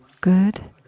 Good